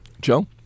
Joe